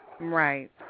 Right